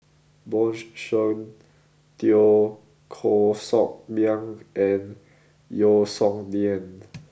Bjorn Shen Teo Koh Sock Miang and Yeo Song Nian